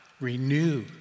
renew